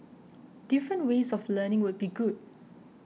different ways of learning would be good